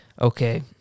Okay